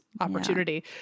opportunity